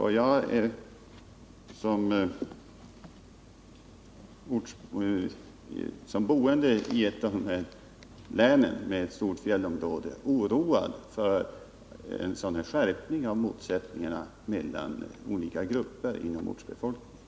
Och jag är som boende i ett dessa län med stort fjällområde oroad för en sådan här skärpning av motsättningarna mellan olika grupper inom ortsbefolkningen.